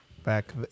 back